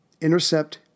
intercept